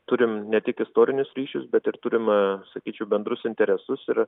turim ne tik istorinius ryšius bet ir turim a sakyčiau bendrus interesus ir